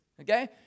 okay